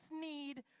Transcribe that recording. need